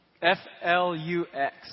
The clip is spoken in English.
F-L-U-X